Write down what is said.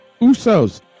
Usos